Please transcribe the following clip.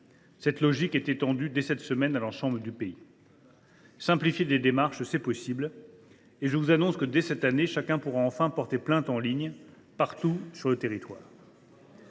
Cette méthode sera étendue, dès cette semaine, à l’ensemble du pays. « Simplifier des démarches, c’est possible. Je vous annonce que, dès cette année, chacun pourra enfin porter plainte en ligne, partout sur le territoire.